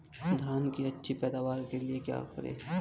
धान की अच्छी पैदावार के लिए क्या करें?